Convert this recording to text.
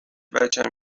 بچم